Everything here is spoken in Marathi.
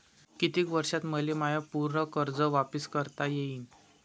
कितीक वर्षात मले माय पूर कर्ज वापिस करता येईन?